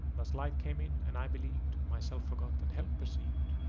thus light came in, and i believ'd myself forgot, and help receiv'd!